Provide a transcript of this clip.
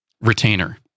Retainer